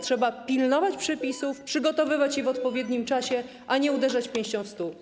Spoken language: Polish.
Trzeba pilnować przepisów, przygotowywać je w odpowiednim czasie, a nie uderzać pięścią w stół.